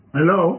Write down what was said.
Hello